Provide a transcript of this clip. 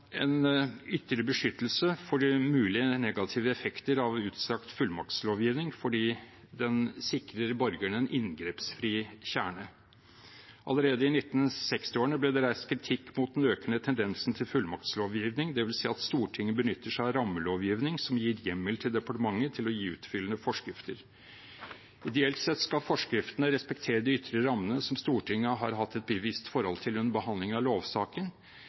en ytre beskyttelse mot de mulige negative effekter av utstrakt fullmaktslovgivning fordi den sikrer borgerne en inngrepsfri kjerne. Allerede i 1960-årene ble det reist kritikk mot den økende tendensen til fullmaktslovgivning, dvs. at Stortinget benytter seg av rammelovgivning som gir departementet hjemmel til å gi utfyllende forskrifter. Ideelt sett skal forskriftene respektere de ytre rammene som Stortinget har hatt et bevisst forhold til under behandlingen av lovsaken,